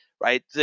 right